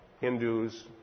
Hindus